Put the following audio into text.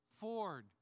Ford